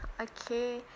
Okay